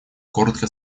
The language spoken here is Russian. коротко